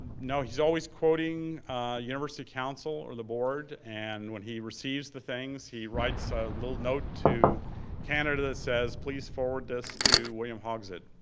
no. he's always quoting university counsel or the board, and when he receives the things, he writes a little note to canada and says, please forward this to william hogsett.